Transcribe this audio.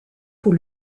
pour